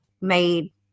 made